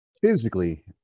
Physically